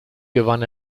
gewann